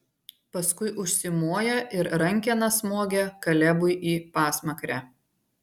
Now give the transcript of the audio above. paskui užsimoja ir rankena smogia kalebui į pasmakrę